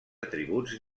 atributs